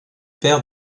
père